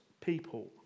people